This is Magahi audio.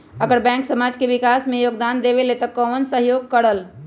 अगर बैंक समाज के विकास मे योगदान देबले त कबन सहयोग करल?